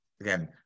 Again